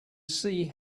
see